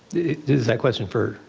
is that question for.